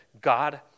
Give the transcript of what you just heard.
God